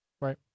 Right